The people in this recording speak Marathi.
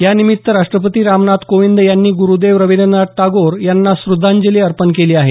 या निमित्त राष्टपती रामनाथ कोविंद यांनी गुरुदेव रविंद्रनाथ टागोर यांना श्रद्धांजली अर्पण केली आहे